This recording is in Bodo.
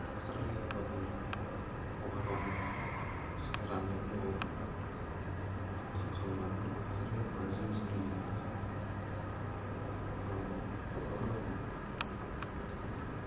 हासार होयोबाबो अभारबाबो एसे राननायनि माबायाव फैयो आरो थांखांनानै हासार होयोबा जिं जिं होनाया मोजां होनांगौ फबना होनांगौ दा